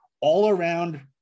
all-around